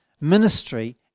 ministry